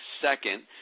second